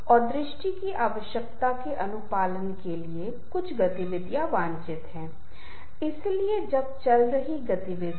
अब जागरूकता पर बात करते है हमें इस बात से अवगत होना चाहिए कि वास्तव में जागरूक होने के लिए संबंध होना जरूरी है